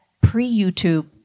pre-YouTube